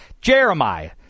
Jeremiah